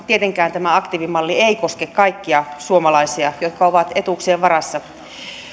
tietenkään tämä aktiivimalli ei koske kaikkia suomalaisia jotka ovat etuuksien varassa